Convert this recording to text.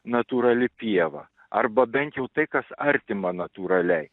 natūrali pieva arba bent jau tai kas artima natūraliai